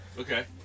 Okay